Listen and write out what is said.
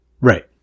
Right